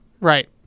Right